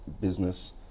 business